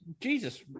Jesus